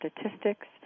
statistics